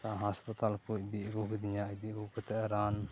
ᱜᱚᱴᱟ ᱜᱟᱥᱯᱟᱛᱟᱞ ᱠᱚ ᱤᱫᱤ ᱟ ᱜᱩ ᱠᱮᱫᱤᱧᱟ ᱤᱫᱤ ᱟ ᱜᱩ ᱠᱟᱛᱮ ᱨᱟᱱ